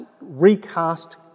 recast